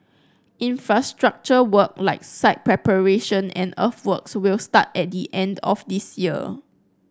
infrastructure work like site preparation and earthworks will start at the end of this year